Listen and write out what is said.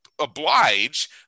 oblige